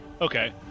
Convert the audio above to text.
Okay